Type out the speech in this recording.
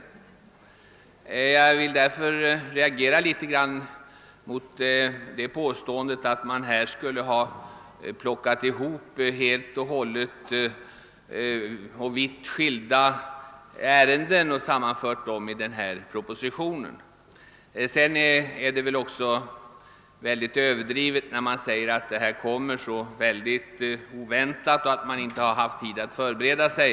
Jag reagerar därför mot påståendet att man i denna proposition skulle ha sammanfört vitt skilda ärenden. Det är väl också en överdrift att säga att förslaget kommer så oväntat att man inte haft tid att förbereda sig.